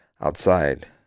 outside